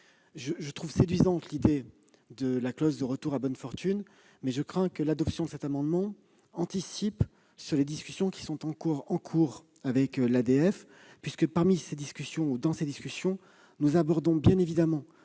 je trouve séduisante l'idée de la clause du retour à bonne fortune, je crains que l'adoption de cet amendement n'anticipe sur les discussions en cours avec l'ADF. Au cours de ces discussions, nous abordons bien évidemment